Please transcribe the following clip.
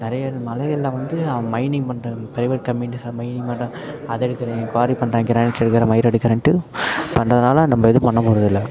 நிறைய மலைகளில் வந்து அவன் மைனிங் பண்ணுற ப்ரைவேட் கம்பெனிஸை மைனிங் பண்ணுறேன் அதை எடுக்கிறேன் குவாரி பண்ணுறேன் க்ரானைட் எடுக்கிறேன் மயிரை எடுக்கிறேன்ட்டு பண்ணுறதுனால நம்ம ஏதும் பண்ண போகிறதில்ல